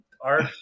Art